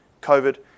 COVID